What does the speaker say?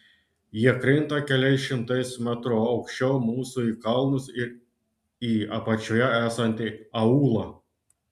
jie krinta keliais šimtais metrų aukščiau mūsų į kalnus ir į apačioje esantį aūlą